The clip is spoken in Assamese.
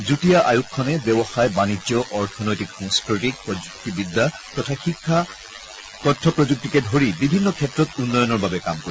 যুটীয়া আয়োগখনে ব্যৱসায় বাণিজ্য অৰ্থনৈতিক সাংস্থতিক প্ৰযুক্তিবিদ্যা তথা শিক্ষা আৰু তথ্য প্ৰযুক্তিকে ধৰি বিভিন্ন ক্ষেত্ৰত উন্নয়নৰ বাবে কাম কৰিব